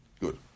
Good